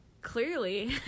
Clearly